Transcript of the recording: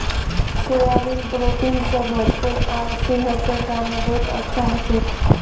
soybean protein स भरपूर आर सेहतेर तने बहुत अच्छा हछेक